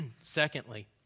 Secondly